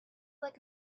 like